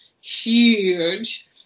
huge